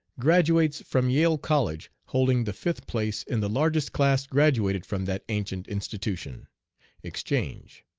graduates from yale college, holding the fifth place in the largest class graduated from that ancient institution exchange.